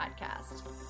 podcast